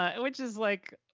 um which is like,